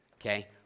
okay